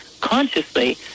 consciously